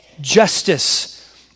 justice